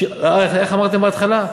איך אמרתם בהתחלה?